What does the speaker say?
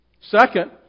Second